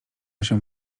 się